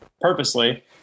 purposely